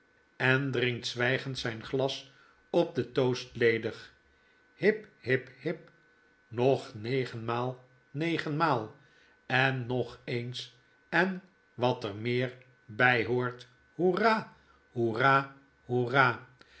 en drinkt zwygend zyn glas op den toast ledig hip hip hip nog negenmaal negenmaal en nog eens en wat er meer by hoort hoera